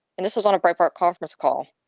this was on a three part conference call.